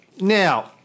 now